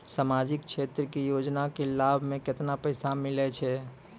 समाजिक क्षेत्र के योजना के लाभ मे केतना पैसा मिलै छै?